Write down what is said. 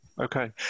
Okay